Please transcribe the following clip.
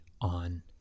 on